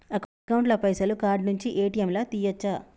Account ల పైసల్ card నుండి ఏ.టి.ఎమ్ లా తియ్యచ్చా?